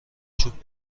چوب